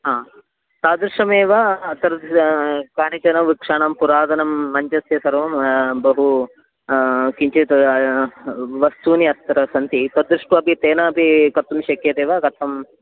हा तादृशमेव कानिचन वृक्षाणां पुरातनं मञ्चस्य सर्वं बहु किञ्चित् वस्तूनि अत्र सन्ति तद्दृष्ट्वापि तेनापि कर्तुं शक्यते वा कथम्